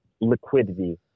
liquidity